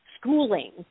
schooling